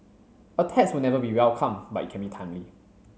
a tax will never be welcome but it can be timely